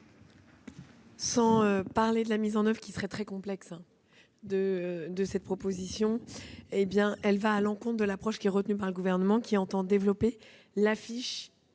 Sans parler de sa mise en oeuvre, qui serait très complexe, cette proposition va à l'encontre de l'approche retenue par le Gouvernement, qui entend développer l'affichage